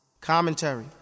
Commentary